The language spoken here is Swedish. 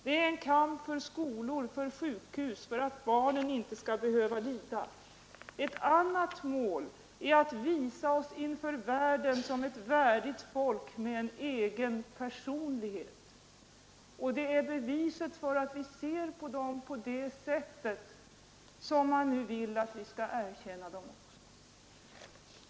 Det är en kamp för skolor, för sjukhus, för att barnen inte skall behöva lida. Ett annat mål är att visa oss inför världen som ett värdigt folk med en egen personlighet.” Att vi erkänner den nya staten är beviset för att vi ser på dem på det sättet.